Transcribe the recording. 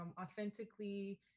authentically